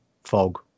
fog